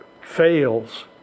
fails